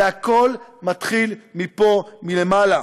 זה הכול מתחיל מפה, מלמעלה.